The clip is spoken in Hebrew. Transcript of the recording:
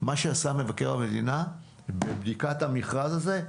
מה שעשה מבקר המדינה בבדיקת המכרז הזה,